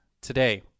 Today